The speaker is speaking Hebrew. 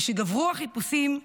משגברו החיפושים,